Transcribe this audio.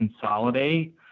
consolidate